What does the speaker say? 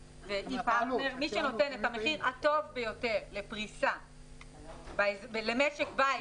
מי שנותן את המחיר הטוב ביותר לפריסה למשק בית.